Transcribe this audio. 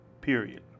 period